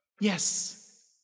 Yes